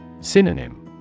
Synonym